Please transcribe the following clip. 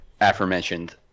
aforementioned